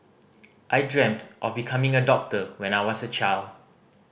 I dreamt of becoming a doctor when I was a child